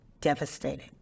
devastated